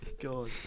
God